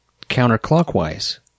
counterclockwise